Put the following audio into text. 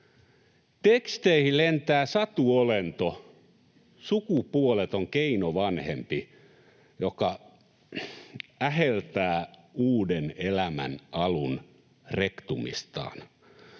Teksteihin lentää satuolento, sukupuoleton keinovanhempi, joka äheltää uuden elämän alun rektumistaan.